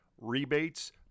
rebates